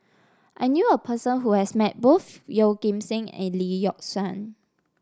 I knew a person who has met both Yeoh Ghim Seng and Lee Yock Suan